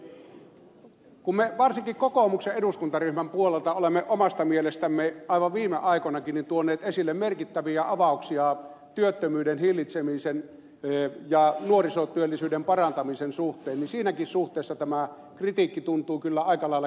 kun me varsinkin kokoomuksen eduskuntaryhmän puolelta olemme omasta mielestämme aivan viime aikoinakin tuoneet esille merkittäviä avauksia työttömyyden hillitsemisen ja nuorisotyöllisyyden parantamisen suhteen niin siinäkin suhteessa tämä kritiikki tuntuu kyllä aika lailla kestämättömältä